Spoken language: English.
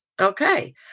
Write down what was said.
Okay